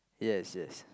yes yes